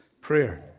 Prayer